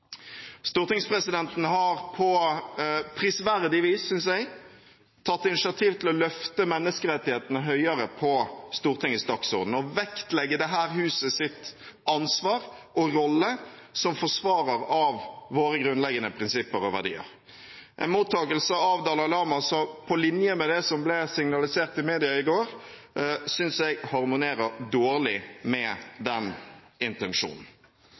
Stortingspresidenten har på prisverdig vis, synes jeg, tatt initiativ til å løfte menneskerettighetene høyere på Stortingets dagsorden og vektlegge dette husets ansvar og rolle som forsvarer av våre grunnleggende prinsipper og verdier. En mottakelse av Dalai Lama på linje med det som ble signalisert i media i går, synes jeg harmonerer dårlig med den intensjonen.